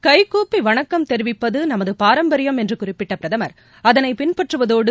கைக்கூப்பிவணக்கம் தெரிவிப்பதுநமதுபாரம்பரியம் என்றுகுறிப்பிட்டபிரதமர் அதனைபின்பற்றுவதோடு